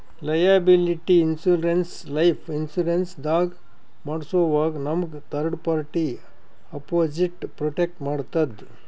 liability insurance life insurance ದಾಗ್ ಮಾಡ್ಸೋವಾಗ್ ನಮ್ಗ್ ಥರ್ಡ್ ಪಾರ್ಟಿ ಅಪೊಸಿಟ್ ಪ್ರೊಟೆಕ್ಟ್ ಮಾಡ್ತದ್